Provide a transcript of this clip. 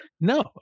No